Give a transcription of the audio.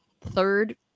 third